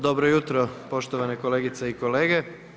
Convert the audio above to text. Dobro jutro poštovane kolegice i kolege.